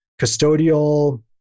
custodial